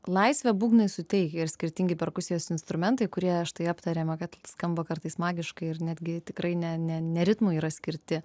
laisvę būgnai suteikia ir skirtingi perkusijos instrumentai kurie štai aptarėme kad skamba kartais magiškai ir netgi tikrai ne ne ne ritmui yra skirti